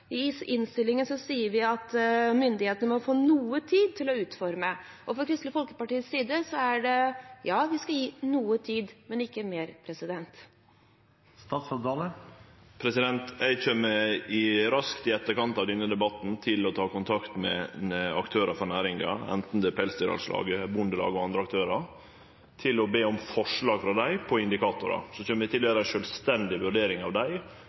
vi at myndighetene må få «noe tid til å utforme ». Fra Kristelig Folkepartis side sier vi at ja, vi skal gi noe tid, men ikke mer. Eg kjem raskt i etterkant av denne debatten til å ta kontakt med aktørar frå næringa, anten det er Pelsdyralslaget, Bondelaget eller andre aktørar, for å be om forslag frå dei på indikatorar. Så kjem eg til å gjere ei sjølvstendig vurdering av dei